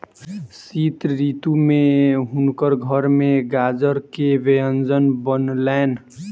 शीत ऋतू में हुनकर घर में गाजर के व्यंजन बनलैन